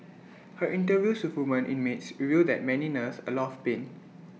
her interviews with women inmates reveal that many nurse A lot of pain